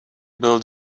build